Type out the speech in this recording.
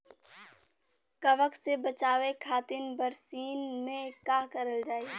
कवक से बचावे खातिन बरसीन मे का करल जाई?